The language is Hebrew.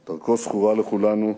דרכו זכורה לכולנו,